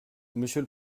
monsieur